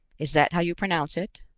is that how you pronounce it?